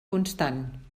constant